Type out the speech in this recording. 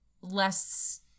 less